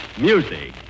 music